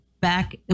back